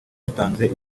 dutanze